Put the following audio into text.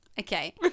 Okay